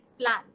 plan